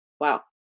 wow